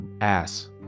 ass